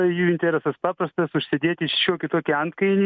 jų interesas paprastas užsidėti šiokį tokį antkainį